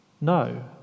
No